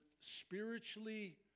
spiritually